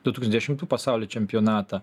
du tūkstančiai dešimtų pasaulio čempionatą